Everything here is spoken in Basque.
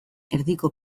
erdiko